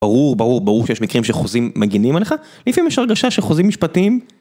ברור ברור ברור שיש מקרים שחוזים מגנים עליך, לפעמים יש הרגשה שחוזים משפטיים